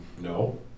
no